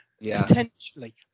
potentially